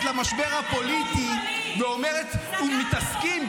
למשבר הפוליטי ואומרת: הם מתעסקים,